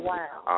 Wow